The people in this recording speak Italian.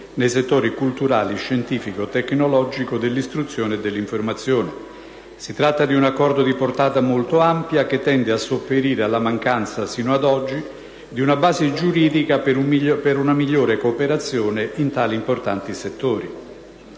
nei settori culturale, scientifico, tecnologico, dell'istruzione e dell'informazione. Si tratta di un Accordo di portata molto ampia che tende a sopperire alla mancanza, sino ad oggi, di una base giuridica per una migliore cooperazione in tali importanti settori.